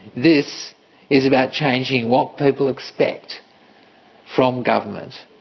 this is about changing what people expect from government.